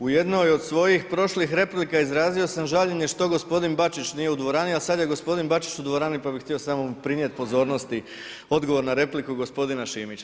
U jednoj od svojih prošlih replika izrazio sam žaljenje što gospodin Bačić nije u dvorani, a sad je gospodin Bačić u dvorani, pa bih htio mu samo prinijet pozornosti odgovor na repliku gospodina Šimića.